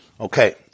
Okay